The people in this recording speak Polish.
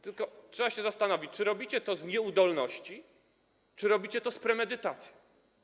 Tylko trzeba się zastanowić, czy robicie to z nieudolności, czy robicie to z premedytacją.